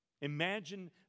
Imagine